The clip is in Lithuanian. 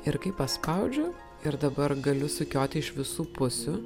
ir kai paspaudžiu ir dabar galiu sukioti iš visų pusių